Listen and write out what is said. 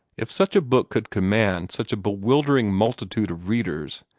if such a book could command such a bewildering multitude of readers,